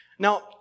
Now